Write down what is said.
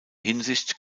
hinsicht